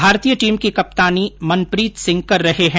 भारतीय टीम की कप्तानी मनप्रीत सिंह कर रहे है